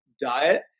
diet